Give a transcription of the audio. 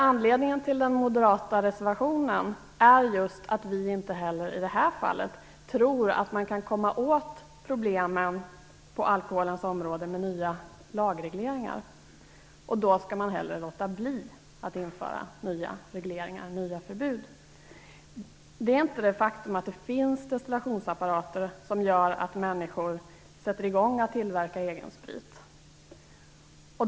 Anledningen till den moderata reservationen är just att vi inte heller i det här fallet tror att man kan komma åt problemen på alkoholens område genom nya lagregleringar. Då skall man hellre låta bli att införa nya regleringar och nya förbud. Det är inte det faktum att det finns destillationsapparater som gör att människor sätter i gång med tillverkning av egen sprit.